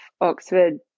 oxford